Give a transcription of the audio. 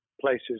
places